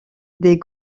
des